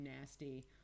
nasty